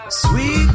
sweet